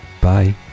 Bye